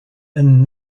and